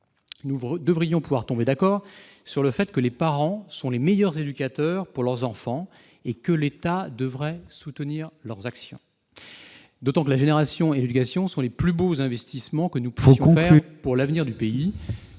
nous devrions pouvoir tomber d'accord sur le fait que les parents sont les meilleurs éducateurs pour leurs enfants et que l'État devrait soutenir leurs actions, d'autant que la génération et l'éducation sont les plus beaux investissements que nous puissions faire pour l'avenir du pays.